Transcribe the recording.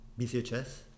BCHS